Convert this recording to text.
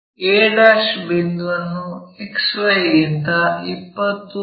a' ಬಿಂದುವನ್ನು XY ಗಿಂತ 20 ಮಿ